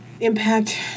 impact